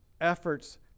efforts